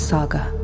Saga